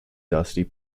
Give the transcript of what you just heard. dusty